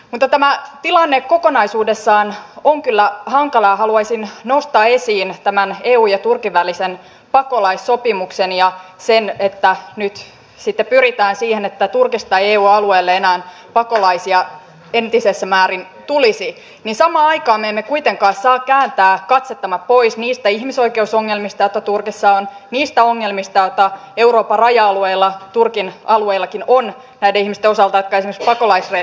mutta tämä tilanne kokonaisuudessaan on kyllä hankala ja haluaisin nostaa esiin tämän eun ja turkin välisen pakolaissopimuksen ja sen että kun nyt sitten pyritään siihen että turkista ei eu alueelle enää pakolaisia entisessä määrin tulisi niin samaan aikaan me emme kuitenkaan saa kääntää katsettamme pois niistä ihmisoikeusongelmista joita turkissa on niistä ongelmista joita euroopan raja alueilla turkin alueillakin on näiden ihmisten osalta jotka esimerkiksi pakolaisleireillä ovat